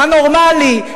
הנורמלי,